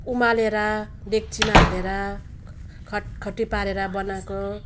उमालेर डेक्चीमा हालेर खटखटी पारेर बनाएको